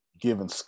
given